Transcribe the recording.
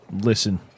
listen